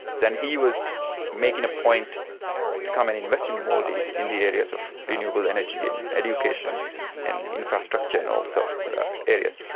then he was making a point to come and invest in the maldives, in the areas of renewable energy and education and infrastructure in all so sorts areas.